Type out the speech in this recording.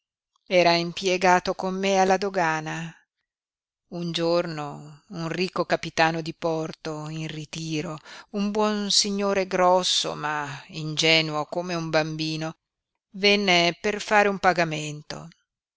era impiegato con me alla dogana un giorno un ricco capitano di porto in ritiro un buon signore grosso ma ingenuo come un bambino venne per fare un pagamento